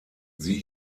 sie